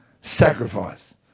sacrifice